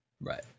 Right